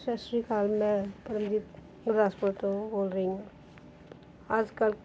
ਸਤਿ ਸ਼੍ਰੀ ਅਕਾਲ ਮੈਂ ਪਰਮਜੀਤ ਗੁਰਦਾਸਪੁਰ ਤੋਂ ਬੋਲ ਰਹੀ ਹਾਂ ਅੱਜ ਕੱਲ੍ਹ